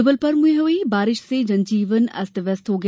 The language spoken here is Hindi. जबलपुर में हुई बारिश से जनजीवन अस्त व्यस्त हो गया